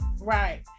right